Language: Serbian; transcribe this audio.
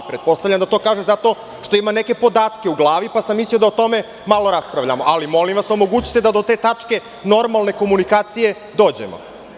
Pretpostavljam da to kaže zato što ima neke podatke u glavi, pa sam mislio da o tome malo raspravljamo, ali omogućite da do te tačke normalne komunikacije dođemo.